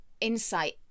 insight